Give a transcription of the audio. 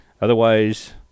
Otherwise